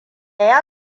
ya